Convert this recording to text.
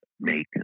make